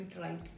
right